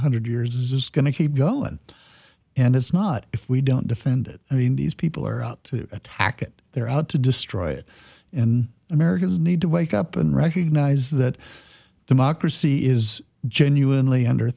hundred years is this going to keep going and it's not if we don't defend it i mean these people are out to attack it they're out to destroy it and americans need to wake up and recognize that democracy is genuinely under